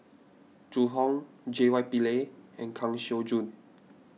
Zhu Hong J Y Pillay and Kang Siong Joo